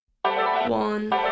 One